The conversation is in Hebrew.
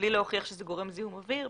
בלי להוכיח שזה גורם לזיהום אויר.